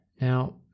Now